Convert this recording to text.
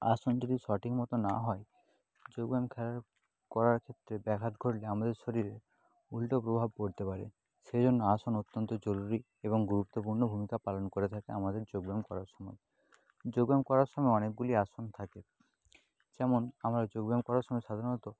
আসন যদি সঠিক মতো না হয় যোগ ব্যায়াম করার ক্ষেত্রে ব্যাঘাত ঘটলে আমাদের শরীরে উল্টো প্রভাব পড়তে পারে সেজন্য আসন অত্যন্ত জরুরি এবং গুরুত্বপূর্ণ ভূমিকা পালন করে থাকে আমাদের যোগ ব্যায়াম করার সময় যোগ ব্যায়াম করার সময় অনেকগুলি আসন থাকে যেমন আমরা যোগ ব্যায়াম করার সময় সাধারণত